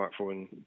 smartphone